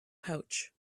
pouch